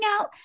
out